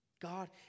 God